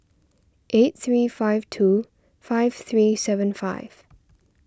eight three five two five three seven five